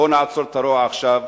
בואו נעצור את הרוע עכשיו,